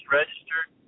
registered